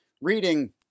reading